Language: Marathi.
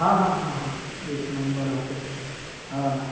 हां हां हां हां एक नंबर होतं हो ना